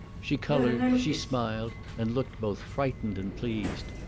she colored, she smiled and looked both frightened and pleased.